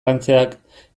lantzeak